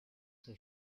son